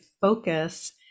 focus